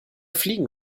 fliegen